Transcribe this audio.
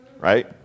right